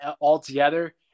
altogether